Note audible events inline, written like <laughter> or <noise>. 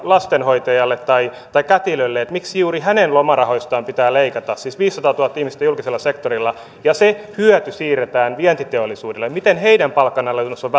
lastenhoitajalle tai tai kätilölle että miksi juuri hänen lomarahoistaan pitää leikata siis viisisataatuhatta ihmistä julkisella sektorilla ja se hyöty siirretään vientiteollisuudelle miten heidän palkanalennuksensa <unintelligible>